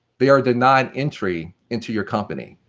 they are denied entry into your company.